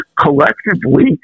collectively